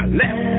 left